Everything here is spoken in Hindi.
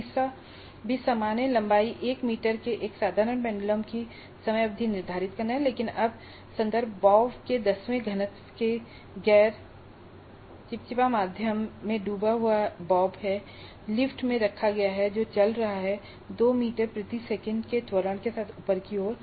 तीसरा भी समान है लंबाई 1 मीटर के एक साधारण पेंडुलम की समय अवधि निर्धारित करना लेकिन अब संदर्भ बॉब के दसवें घनत्व के गैर चिपचिपा माध्यम में डूबा हुआ बॉब है और लिफ्ट में रखा गया है जो चल रहा है 2 मीटर प्रति सेकंड के त्वरण के साथ ऊपर की ओर